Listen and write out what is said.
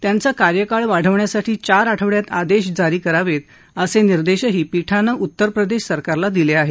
त्यांचा कार्यकाळ वाढवण्यासाठी चार आठवड्यात आदेश जारी करावेत असे निर्देशही पीठानं उत्तरप्रदेश सरकारला दिले आहेत